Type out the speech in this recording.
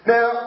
Now